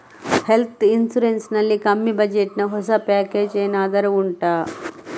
health insurance ನಲ್ಲಿ ಕಮ್ಮಿ budget ನ ಹೊಸ ಪ್ಯಾಕೇಜ್ ಏನಾದರೂ ಉಂಟಾ